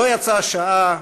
לא יצאה השעה,